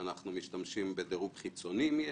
אנחנו משתמשים בדירוג חיצוני אם יש.